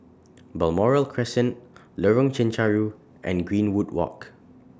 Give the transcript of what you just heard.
Balmoral Crescent Lorong Chencharu and Greenwood Walk